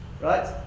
Right